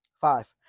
Five